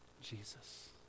Jesus